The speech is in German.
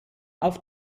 auf